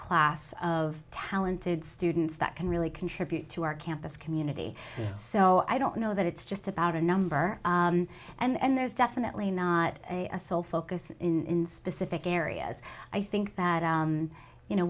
class of talented students that can really contribute to our campus community so i don't know that it's just about a number and there's definitely not a a sole focus in specific areas i think that you know